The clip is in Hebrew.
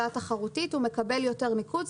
מקבל יותר ניקוד.